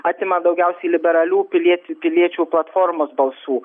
atima daugiausiai liberalių piliet piliečių platformos balsų